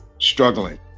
struggling